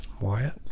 Wyatt